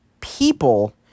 people